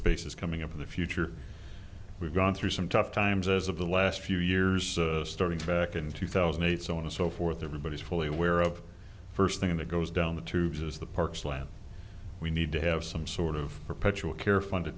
spaces coming up in the future we've gone through some tough times as of the last few years starting back in two thousand and eight so on and so forth everybody is fully aware of the first thing that goes down the tubes is the parks land we need to have some sort of perpetual care fund to